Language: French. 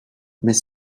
mais